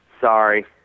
Sorry